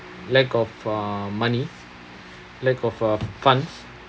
lack of uh money lack of uh funds